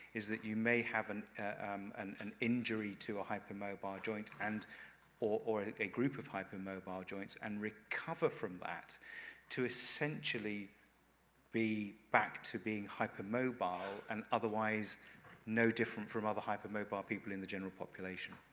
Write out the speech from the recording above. is that you may have an um an injury to a hypermobile joint, and or or a group of hypermobile joints, and recover from that to essentially be back to being hypermobile, and otherwise no different from other hypermobile people in the general population.